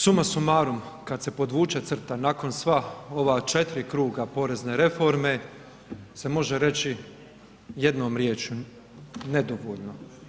Suma summarum kada se podvuče crta nakon sva ova 4. kruga porezne reforme se može reći jednom riječju nedovoljno.